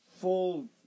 full